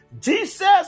Jesus